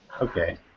Okay